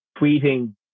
tweeting